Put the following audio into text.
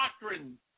doctrine